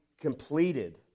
completed